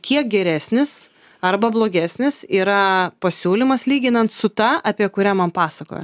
kiek geresnis arba blogesnis yra pasiūlymas lyginant su ta apie kurią man pasakojo